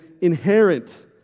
inherent